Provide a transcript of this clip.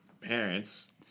parents